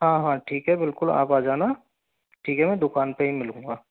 हाँ हाँ ठीक है बिल्कुल आप आ जाना ठीक है मै दुकान पे ही मिलूँगा